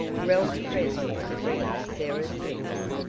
ralph pressed the drink to sarah's lips,